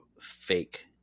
fake